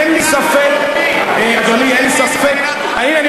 אצלכם תהיה מדינה דו-לאומית,